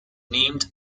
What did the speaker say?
named